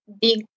big